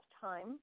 time